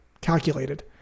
calculated